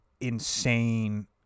insane